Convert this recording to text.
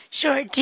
Sure